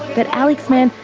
but alex mann,